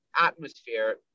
atmosphere